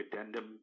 addendum